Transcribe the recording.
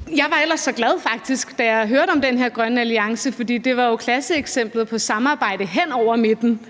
faktisk ellers så glad, da jeg hørte om den her grønne alliance, for det var jo klasseeksemplet på samarbejde hen over midten,